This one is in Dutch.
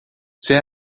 zij